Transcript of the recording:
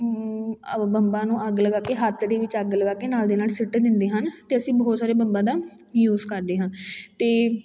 ਬੰਬਾਂ ਨੂੰ ਅੱਗ ਲਗਾ ਕੇ ਹੱਥ ਦੇ ਵਿੱਚ ਅੱਗ ਲਗਾ ਕੇ ਨਾਲ ਦੀ ਨਾਲ ਸੁੱਟ ਦਿੰਦੇ ਹਨ ਅਤੇ ਅਸੀਂ ਬਹੁਤ ਸਾਰੇ ਬੰਬਾਂ ਦਾ ਯੂਜ ਕਰਦੇ ਹਾਂ ਤੇ